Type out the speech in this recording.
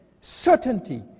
certainty